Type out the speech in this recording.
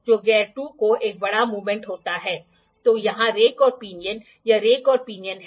angle reading को misalignment की त्रुटि के लिए मापा जाता है उदाहरण के लिए स्पिंडल रन आउट ठीक है